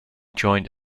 joined